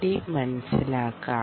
D മനസിലാക്കാം